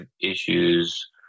issues